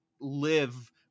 live